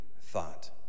thought